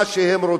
מה שהם רוצים,